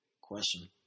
question